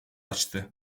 açtı